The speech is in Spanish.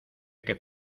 que